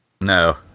no